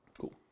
Cool